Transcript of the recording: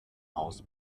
haus